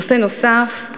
נושא נוסף,